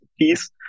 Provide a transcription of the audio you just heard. piece